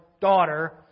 daughter